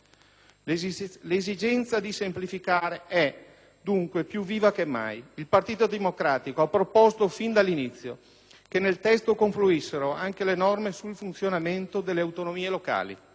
L'esigenza di semplificare è, dunque, più viva che mai. Il Partito Democratico ha proposto, fin dall'inizio, che nel testo confluissero anche le norme sul funzionamento delle autonomie locali